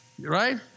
Right